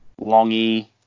Longy